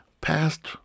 past